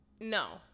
No